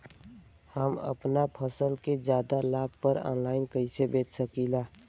हम अपना फसल के ज्यादा लाभ पर ऑनलाइन कइसे बेच सकीला?